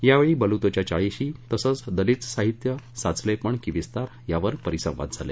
यावेळी बलुतं च्या चाळीशी तसंच दलित साहित्य साचलेपण की विस्तार यावर परिसंवाद झाले